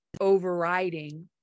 overriding